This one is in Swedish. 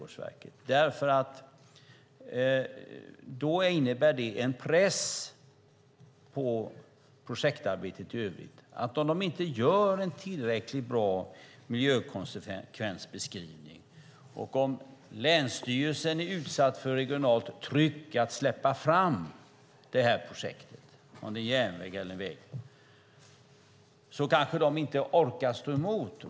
Det innebär en press på projektarbetet i övrigt. Om de inte gör en tillräckligt bra miljökonsekvensbeskrivning och om länsstyrelsen är utsatt för regionalt tryck att släppa fram det här projektet, om det är en järnväg eller en väg, kanske de inte orkar stå emot.